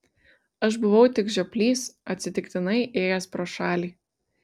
aš buvau tik žioplys atsitiktinai ėjęs pro šalį